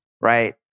Right